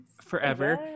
forever